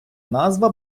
назва